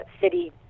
city